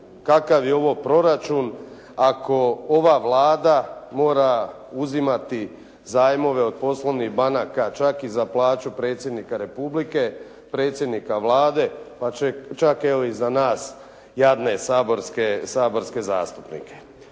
kakav je ovo proračun ako ova Vlada mora uzimati zajmove od poslovnih banaka čak i za plaću predsjednika Republike, predsjednika Vlade pa čak evo i za nas jadne saborske zastupnike.